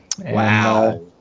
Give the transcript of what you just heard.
Wow